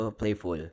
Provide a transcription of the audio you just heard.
playful